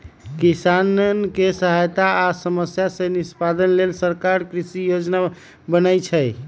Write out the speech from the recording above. किसानके सहायता आ समस्या से निदान लेल सरकार कृषि योजना बनय छइ